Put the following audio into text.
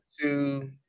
two